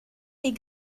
les